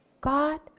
God